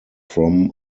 from